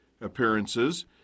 appearances